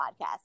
podcast